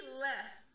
left